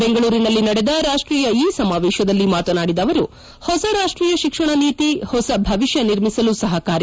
ಬೆಂಗಳೂರಿನಲ್ಲಿ ನಡೆದ ರಾಷ್ಷೀಯ ಇ ಸಮಾವೇತದಲ್ಲಿ ಮಾತನಾಡಿದ ಅವರು ಹೊಸ ರಾಷ್ಷೀಯ ಶಿಕ್ಷಣ ನೀತಿ ಹೊಸ ಭವಿಷ್ಣ ನಿರ್ಮಿಸಲು ಸಹಕಾರಿ